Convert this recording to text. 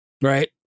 right